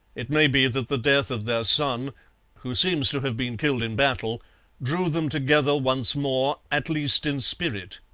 it may be that the death of their son who seems to have been killed in battle drew them together once more, at least in spirit.